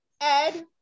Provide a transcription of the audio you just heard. Ed